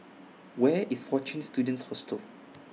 Where IS Fortune Students Hostel